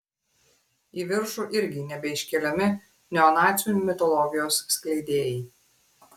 į viršų irgi nebeiškeliami neonacių mitologijos skleidėjai